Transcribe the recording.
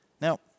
Now